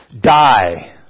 die